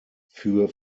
für